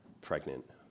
pregnant